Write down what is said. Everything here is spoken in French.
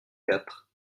quatre